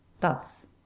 Thus